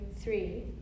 three